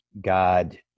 God